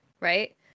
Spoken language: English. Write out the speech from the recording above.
right